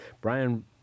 Brian